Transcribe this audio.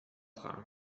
خواهم